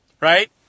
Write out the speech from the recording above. right